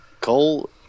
Cole